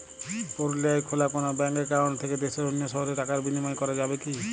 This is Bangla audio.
পুরুলিয়ায় খোলা কোনো ব্যাঙ্ক অ্যাকাউন্ট থেকে দেশের অন্য শহরে টাকার বিনিময় করা যাবে কি?